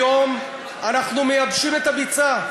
היום אנחנו מייבשים את הביצה.